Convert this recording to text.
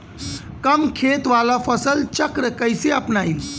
कम खेत वाला फसल चक्र कइसे अपनाइल?